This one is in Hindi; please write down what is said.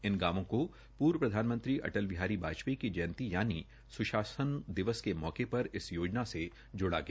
इन गांवों को पूर्व प्रधानमंत्री अटल बिहारी वाजयेपी की जयंती यानि सुशासन दिवस के मौके पर इस योजना से जोडा गया